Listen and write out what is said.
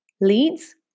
leads